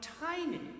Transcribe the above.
tiny